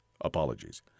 Apologies